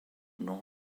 north